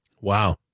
Wow